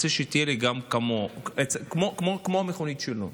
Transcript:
רוצה שתהיה לי גם כמו המכונית שלו.